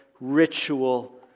ritual